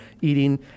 eating